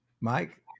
mike